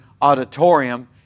Auditorium